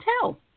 tell